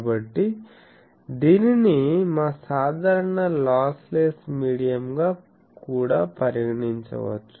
కాబట్టి దీనిని మా సాధారణ లాస్లెస్ మీడియం గా కూడా పరిగణించవచ్చు